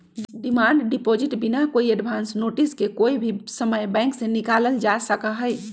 demand deposit बिना कोई advance notice के कोई भी समय बैंक से निकाल्ल जा सका हई